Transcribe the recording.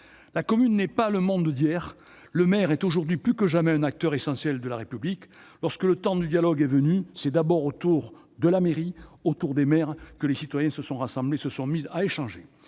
La commune n'est pas le monde d'hier, le maire est aujourd'hui plus que jamais un acteur essentiel de la République. [...] Lorsque le temps du dialogue est venu, c'est d'abord autour de la mairie, autour des maires que les citoyens se sont rassemblés et se sont mis à échanger.